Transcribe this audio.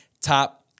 top